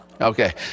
Okay